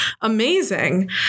amazing